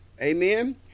Amen